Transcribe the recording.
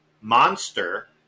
monster